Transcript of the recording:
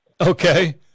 Okay